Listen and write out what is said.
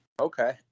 okay